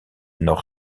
nord